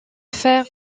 faire